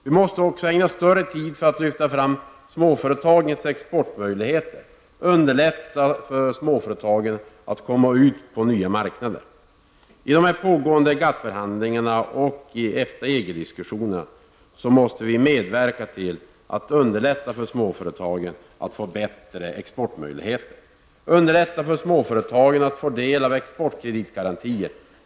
Vi måste också ägna mera tid åt att lyfta fram småföretagens exportmöjligheter. Det gäller att underlätta för småföretagen, så att de kan nå nya marknader. I de pågående GATT-förhandlingarna och i EFTA--EG-diskussionerna måste vi medverka till att ge småföretagen bättre exportmöjligheter. Vi måste medverka till att det blir lättare för småföretagen att få del av exportkreditgarantier.